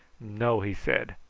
no! he said.